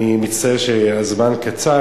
אני מצטער שהזמן קצר.